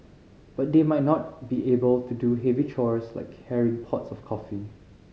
but they might not be able to do heavy chores like carrying pots of coffee